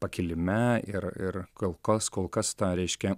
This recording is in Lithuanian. pakilime ir ir kol kas kol kas tą reiškia